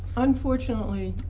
unfortunately,